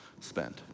spend